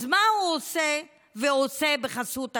אז מה הוא עושה בחסות הקורונה?